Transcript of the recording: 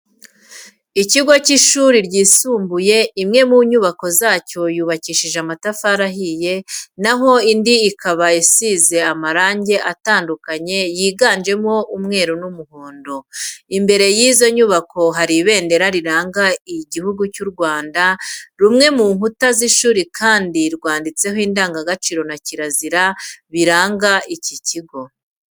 Ikigo cy'ishuri ryisumbuye, imwe mu nyubako zacyo yubakishije amatafari ahiye na ho indi ikaba isize amarangi atandukanye yiganjemo umweru n'umuhondo. Imbere y'izo nyubako hari iberendera riranga Igihugu cy'u Rwanda. Rumwe mu nkuta z'ishuri kandi rwanditseho ingandagaciro na kirazira biranga iki kigo.